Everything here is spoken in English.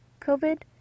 covid